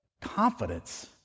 confidence